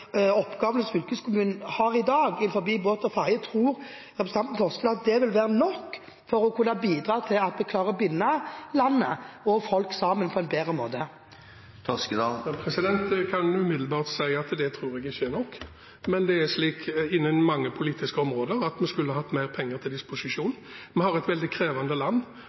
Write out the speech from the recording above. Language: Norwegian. som fylkeskommunen har i dag innen båt og ferje, vil være nok til å bidra til at vi klarer å binde land og folk sammen på en bedre måte? Jeg kan umiddelbart si at det tror jeg ikke er nok, men det er slik, innen mange politiske områder, at vi skulle hatt mer penger til disposisjon. Vi har et veldig krevende land,